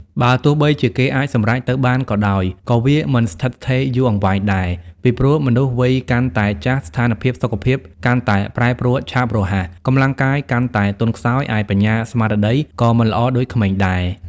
បើទោះបីជាគេអាចសម្រេចទៅបានក៏ដោយ ក៏វាមិនស្ថិតស្ថេរយូរអង្វែងដែរ ពីព្រោះ មនុស្សវ័យកាន់តែចាស់ស្ថានភាពសុខភាពកាន់តែប្រែប្រួលឆាប់រហ័ស កម្លាំងកាយកាន់តែទន់ខ្សោយ ឯបញ្ញា ស្មារតី ក៏មិនល្អដូចក្មេងដែរ។